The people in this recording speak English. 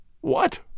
What